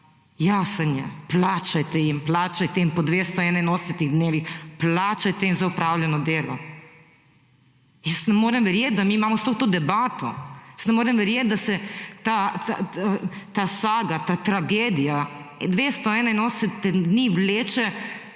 jasen je, plačajte jim, plačajte jim po 281 dnevih plačajte jim za opravljeno delo. Jaz ne morem verjeti, da imamo mi sploh to debato. Jaz ne morem verjeti, da se ta saga ta tragedija 281 dni vleče,